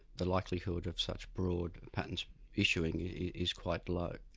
the likelihood of such broad patents issuing is quite low.